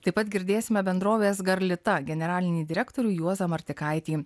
taip pat girdėsime bendrovės garlita generalinį direktorių juozą martikaitį